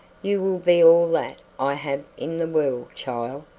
you will be all that i have in the world, child,